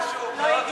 הוא לא הגיע,